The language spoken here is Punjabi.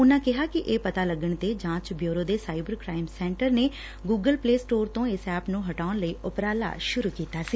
ਉਨੂਾ ਕਿਹਾ ਕਿ ਇਹ ਪਤਾ ਲੱਗਣ ਤੇ ਜਾਂਚ ਬਿਉਰੋ ਦੇ ਸਾਇਬਰ ਕਰਾਇਮ ਸੈਂਟਰ ਨੇ ਗੁਗਲ ਪਲੇ ਸਟੋਰ ਤੋਂ ਇਸ ਐਪ ਨੁੰ ਹਟਾਉਣ ਲਈ ਉਪਰਾਲਾ ਸੁਰੁ ਕੀਤਾ ਸੀ